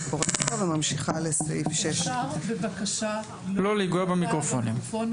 אני קוראת אותו וממשיכה לסעיף 6. "הערכה על ידי ועדת מומחים